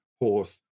horse